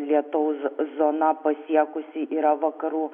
lietaus zona pasiekusi yra vakarų